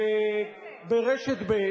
ברשת ב',